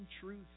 truth